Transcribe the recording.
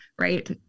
right